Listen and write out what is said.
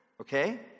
okay